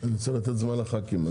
--- אני רוצה לתת זמן לחה"כים,